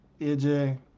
AJ